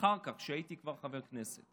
אחר כך, כשהייתי כבר חבר כנסת.